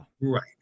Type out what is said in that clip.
Right